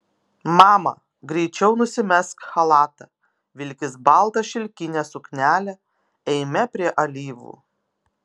mama greičiau nusimesk chalatą vilkis baltą šilkinę suknelę eime prie alyvų